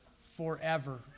forever